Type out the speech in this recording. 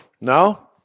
No